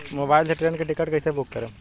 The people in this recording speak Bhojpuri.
मोबाइल से ट्रेन के टिकिट कैसे बूक करेम?